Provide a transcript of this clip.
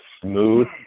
smooth